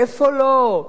איפה לא?